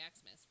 Xmas